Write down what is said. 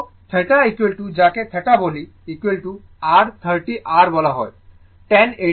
সুতরাংtheta যাকে theta বলি r 30 r বলা হয় tan 182o